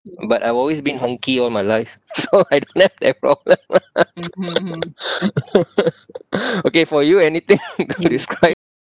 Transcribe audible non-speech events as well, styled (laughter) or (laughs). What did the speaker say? but I've always been hunky all my life so (laughs) I don't have the problem (laughs) okay for you anything (laughs) to describe